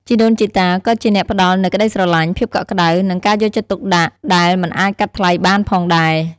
ជីដូនជីតាក៏ជាអ្នកផ្តល់នូវក្តីស្រឡាញ់ ភាពកក់ក្តៅ និងការយកចិត្តទុកដាក់ដែលមិនអាចកាត់ថ្លៃបានផងដែរ។